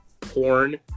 porn